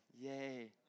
Yay